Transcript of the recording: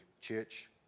church